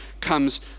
comes